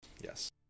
yes